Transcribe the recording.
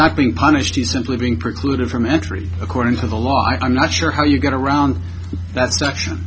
not being punished he's simply being precluded from entry according to the law i'm not sure how you get around that section